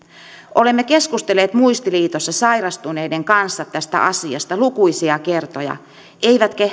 olemme keskustelleet muistiliitossa sairastuneiden kanssa tästä asiasta lukuisia kertoja eivätkä